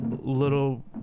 little